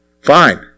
fine